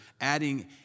adding